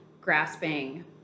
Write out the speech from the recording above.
grasping